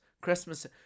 Christmas